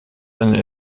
eine